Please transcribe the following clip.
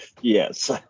Yes